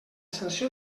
sanció